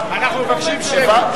אנחנו מבקשים שמי.